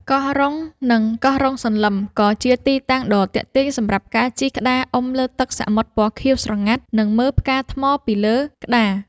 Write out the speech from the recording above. កោះរ៉ុង និងកោះរ៉ុងសន្លឹម ក៏ជាទីតាំងដ៏ទាក់ទាញសម្រាប់ការជិះក្តារអុំលើទឹកសមុទ្រពណ៌ខៀវស្រងាត់ និងមើលផ្កាថ្មពីលើក្តារ។